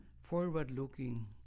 forward-looking